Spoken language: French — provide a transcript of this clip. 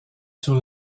sur